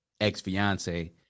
ex-fiance